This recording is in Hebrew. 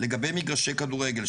לגבי מגרשי כדורגל.